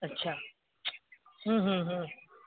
अच्छा हूं हूं हूं